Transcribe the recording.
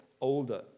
older